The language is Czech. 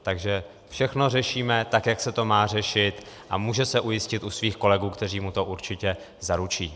Takže všechno řešíme tak, jak se to má řešit, a může se ujistit u svých kolegů, kteří mu to určitě zaručí.